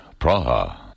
Praha